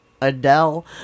Adele